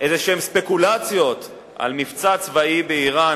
איזשהן ספקולציות על מבצע צבאי באירן,